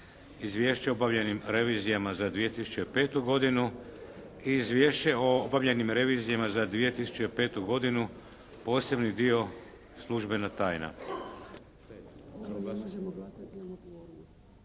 Izvješću o obavljenim revizijama za 2005. godinu i - Izvješće o obavljenim revizijama za 2005. godinu, posebni dio, službena tajna.